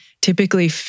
typically